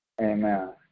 Amen